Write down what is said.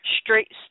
straight